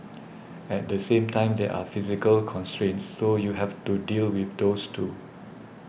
at the same time there are physical constraints so you have to deal with those too